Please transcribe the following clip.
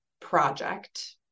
Project